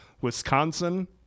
Wisconsin